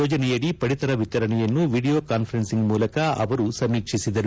ಯೋಜನೆಯಡಿ ಪಡಿತರ ವಿತರಣೆಯನ್ನು ವಿಡಿಯೋ ಕಾನ್ಪರೆನಿಂಗ್ ಮೂಲಕ ಸಮೀಕ್ಷಿಸಿದರು